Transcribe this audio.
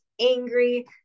angry